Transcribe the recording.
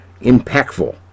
impactful